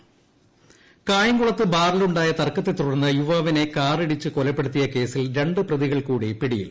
police പിടിയിൽ കായംകുളത്ത് ബാറിലുണ്ടായ തർക്കത്തെ തുടർന്ന് യുവാവിനെ കാറിടിച്ച് കൊലപ്പെടുത്തിയ കേസിൽ രണ്ട് പ്രതികൾ കൂടി പിടിയിൽ